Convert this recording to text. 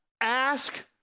ask